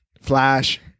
Flash